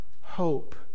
hope